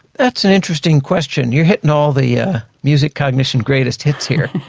that's an interesting question. you're hitting all the yeah music cognition greatest hits here.